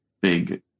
big